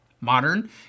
modern